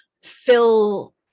fill